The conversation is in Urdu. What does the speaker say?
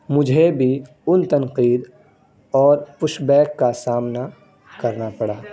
مجھے بھی ان تنقید اور پش بیک کا سامنا کرنا پڑا